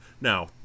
Now